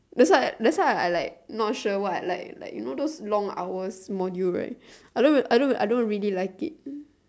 that's why that's why I like not sure what I like like you know those long hours module right I don't even I don't I don't really like it